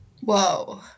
whoa